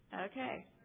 Okay